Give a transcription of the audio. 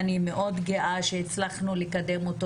אני מאוד גאה שהצלחתי לקדם אותו